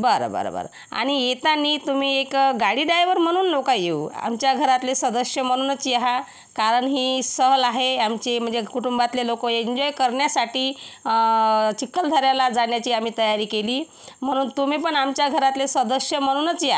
बरं बरं बरं आणि येतानी तुम्ही एक गाडी डायव्हर म्हणून नका येऊ आमच्या घरातले सदस्य म्हणूनच यहा कारण ही सहल आहे आमची म्हणजे कुटुंबातले लोक एन्जॉय करण्यासाठी चिखलदऱ्याला जाण्याची आम्ही तयारी केली म्हणून तुम्ही पण आमच्या घरातले सदस्य म्हणूनच या